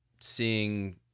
seeing